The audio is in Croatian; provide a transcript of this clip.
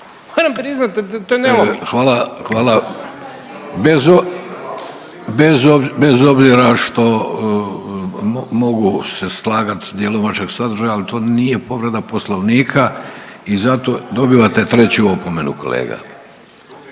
(Socijaldemokrati)** Hvala, hvala, bez, bez obzira što mogu se slagat s dijelom vašeg sadržaja, ali to nije povreda Poslovnika i zato dobivate treću opomenu kolega